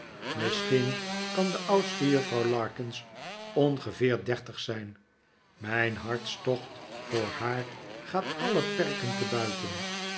misschien kan de oudste juffrouw larkins ongeveer dertig zijn mijn hartstocht voor haar gaat alle perken te buiten